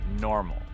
normal